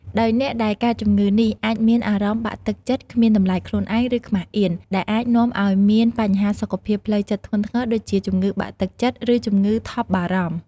ដោយអ្នកដែលកើតជម្ងឺនេះអាចមានអារម្មណ៍បាក់ទឹកចិត្ត គ្មានតម្លៃខ្លួនឯង ឬខ្មាសអៀន ដែលអាចនាំឱ្យមានបញ្ហាសុខភាពផ្លូវចិត្តធ្ងន់ធ្ងរដូចជា ជំងឺបាក់ទឹកចិត្ត ឬជំងឺថប់បារម្ភ។